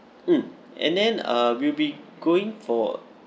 um and then uh we'll be going for